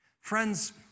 Friends